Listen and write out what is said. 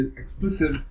explicit